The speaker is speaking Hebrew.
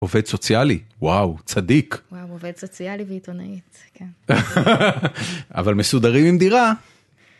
עובד סוציאלי, וואו, צדיק. וואו, עובד סוציאלי ועיתונאית, כן. אבל מסודרים עם דירה.